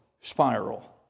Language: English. spiral